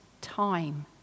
time